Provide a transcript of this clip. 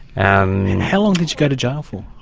and and how long did you go to jail for?